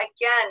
again